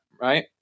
right